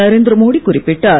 நரேந்திரமோடி குறிப்பிட்டார்